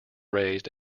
raised